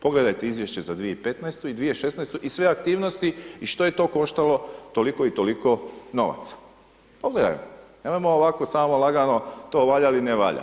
Pogledajte izvješće za 2015. i 2016. i sve aktivnosti i što je to koštalo toliko i toliko novaca, pogledajmo, nemojmo ovako samo lagano to valja ili ne valja.